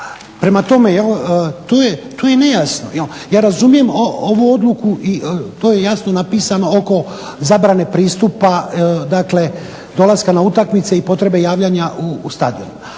Prema tome, to je nejasno. Ja razumijem ovu odluku i to je jasno napisano oko zabrane pristupa, dakle dolaska na utakmice i potrebe javljanja u stadionu.